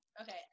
Okay